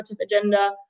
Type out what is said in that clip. agenda